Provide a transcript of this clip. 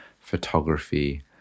photography